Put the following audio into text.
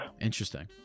Interesting